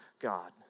God